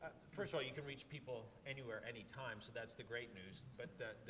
first you can reach people anywhere, anytime, so that's the great news, but the.